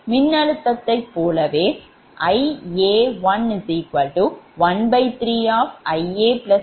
மின்னழுத்தத்தைப் போலவே Ia113 IaβIb2Icஇது சமன்பாடு 24